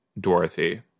Dorothy